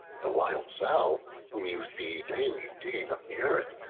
the wild sow, whom you see daily digging up the earth,